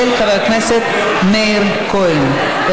לא